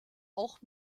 auch